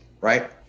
Right